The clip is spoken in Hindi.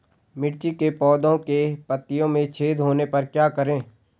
मिर्ची के पौधों के पत्तियों में छेद होने पर क्या करें?